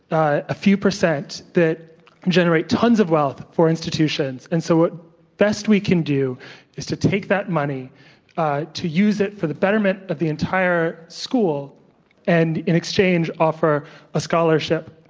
ah a few percent, that generate tons of wealth for institutions and so what best we can do is to take that money to use it for the betterment of the entire school and in exchange offer a scholarship.